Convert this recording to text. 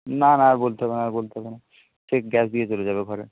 না না আর বলতে হবে না আর বলতে হবে না ঠিক গ্যাস দিয়ে চলে যাবে ঘরে